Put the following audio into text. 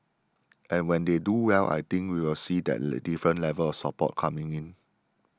and when they do well I think we will see that different level of support coming in